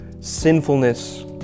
sinfulness